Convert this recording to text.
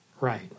right